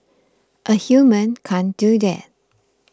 a human can't do that